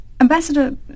Ambassador